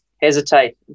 hesitate